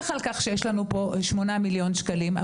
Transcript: על כך שיש לנו פה שמונה מיליון שקלים,